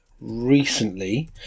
recently